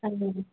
हाँ जी हाँ